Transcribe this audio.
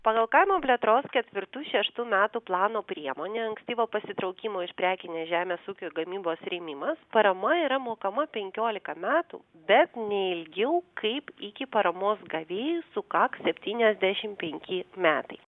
pagal kaimo plėtros ketvirtų šeštų metų plano priemonę ankstyvo pasitraukimo iš prekinės žemės ūkio gamybos rėmimas parama yra mokama penkiolika metų bet ne ilgiau kaip iki paramos gavėjui sukaks septyniasdešimt penki metai